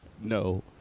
No